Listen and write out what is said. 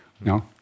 no